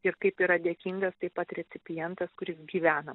ir kaip yra dėkingas taip pat recipientas kuris gyvena